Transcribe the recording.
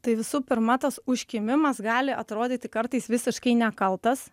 tai visų pirma tas užkimimas gali atrodyti kartais visiškai nekaltas